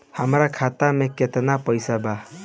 हमार खाता में केतना पैसा बा?